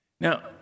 Now